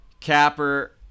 Capper